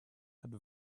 had